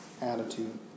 attitude